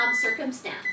circumstance